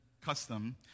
custom